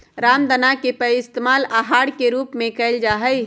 रामदाना के पइस्तेमाल आहार के रूप में कइल जाहई